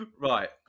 Right